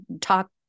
talk